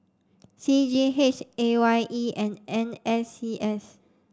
C G H A Y E and N S C S